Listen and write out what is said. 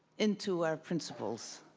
into our principles.